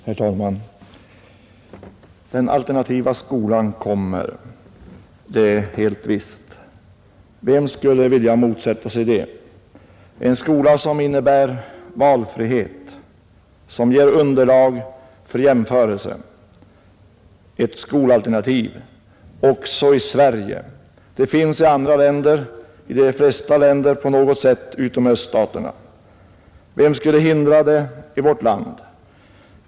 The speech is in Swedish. Herr talman! Den alternativa skolan kommer. Det är helt visst. Vem skulle vilja motsätta sig det? En skola som innebär valfrihet, som ger underlag för jämförelse, ett skolalternativ också i Sverige. Det finns i andra länder, i de flesta länder på något sätt utom i öststaterna. Vem skulle hindra det i vårt land?